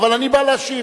אבל אני בא להשיב.